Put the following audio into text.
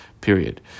Period